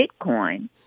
bitcoin